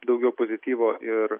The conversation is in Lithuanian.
daugiau pozityvo ir